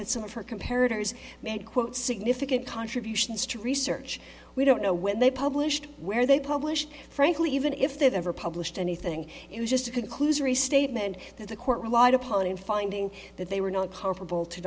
that some of her compared made quote significant contributions to research we don't know when they published where they publish frankly even if they've ever published anything it was just a conclusory statement that the court relied upon in finding that they were not comparable to